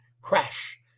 crash